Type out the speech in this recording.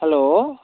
hello